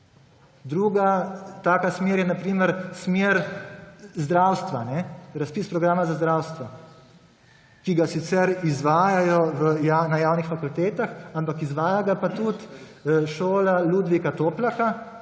zdravstva, razpis programa za zdravstvo, ki ga sicer izvajajo na javnih fakultetah, ampak izvaja ga pa tudi šola Ludvika Toplaka,